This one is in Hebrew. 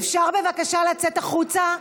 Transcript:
אפשר בבקשה לצאת החוצה,